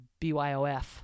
BYOF